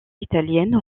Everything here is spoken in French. italienne